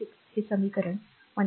6 हे समीकरण 1